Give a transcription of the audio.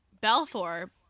Balfour